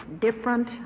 different